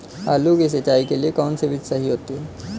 आलू की सिंचाई के लिए कौन सी विधि सही होती है?